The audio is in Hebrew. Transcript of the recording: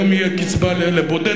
היום יהיה קצבה לבודד,